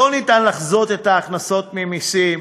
אין אפשרות לחזות את ההכנסות ממסים,